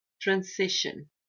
transition